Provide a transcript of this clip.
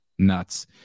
nuts